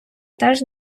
теж